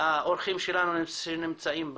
האורחים שלנו שנמצאים בזום.